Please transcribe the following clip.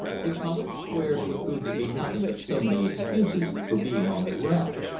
the colored squares would prove to be nothing but so many excuses for being on the ground.